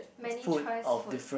many choice food